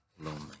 lonely